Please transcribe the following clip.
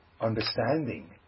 understanding